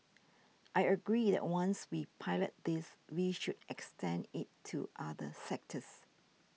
I agree that once we pilot this we should extend it to other sectors